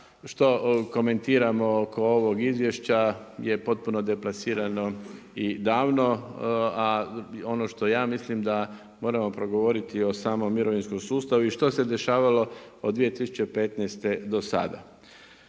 što komentiramo oko ovog izvješća je potpuno deplasirano i davno, a ono što ja mislim da moramo progovoriti o samom mirovinskom sustavu i što se dešavalo od 2015. do sada.